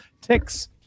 ticks